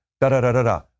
Da-da-da-da-da